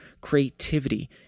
creativity